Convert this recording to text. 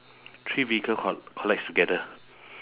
three vehicle col~ collides together